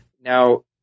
Now